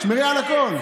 תשמרי על הקול.